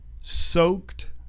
Soaked